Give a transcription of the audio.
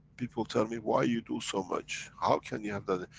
people tell me, why you do so much how can you have done it?